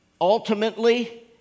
ultimately